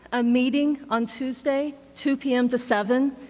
a meeting on tuesday two pm to seven,